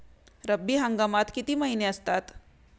रब्बी हंगामात किती महिने असतात?